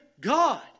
God